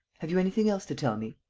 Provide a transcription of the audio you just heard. have you anything else to tell me?